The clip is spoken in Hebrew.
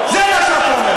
זה מה שאתה אומר.